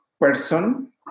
person